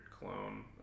clone